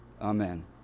Amen